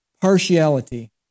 partiality